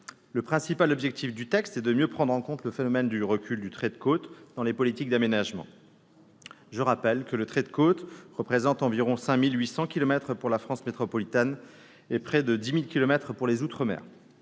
Le principal objectif du texte est de mieux prendre en compte le phénomène du recul du trait de côte dans les politiques d'aménagement. Je rappelle que le trait de côte représente environ 5 800 kilomètres pour la France métropolitaine et près de 10 000 kilomètres pour les outre-mer,